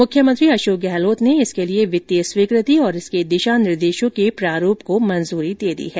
मुख्यमंत्री अशोक गहलोत ने इसके लिए वित्तीय स्वीकृति और इसके दिशा निर्देशों के प्रारूप को मंजूरी दी है